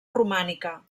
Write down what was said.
romànica